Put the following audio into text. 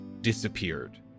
disappeared